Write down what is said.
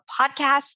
podcast